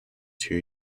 two